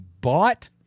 bought